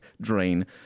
drain